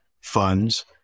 funds